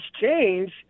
change